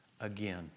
again